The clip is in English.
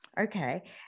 Okay